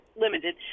limited